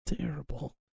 terrible